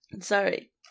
Sorry